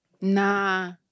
nah